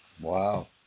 Wow